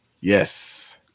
Yes